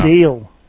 deal